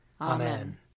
Amen